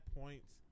points